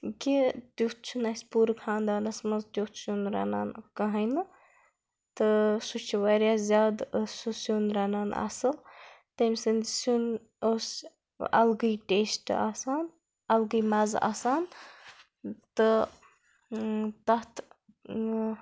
کہِ تیُتھ چھُنہٕ اَسہِ پوٗرٕ خانٛدانَس منٛز تیُتھ سیُن رَنان کَہاے نہٕ تہٕ سُہ چھُ واریاہ زیادٕ سُہ سیُن رَنان اَصٕل تٔمۍ سٕنٛدۍ سیُن اوس اَلگٕے ٹیسٹ آسان اَلگٕے مَزٕ آسان تہٕ تَتھ